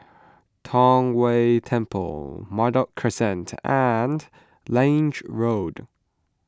Tong Whye Temple Merbok Crescent and Lange Road